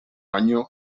año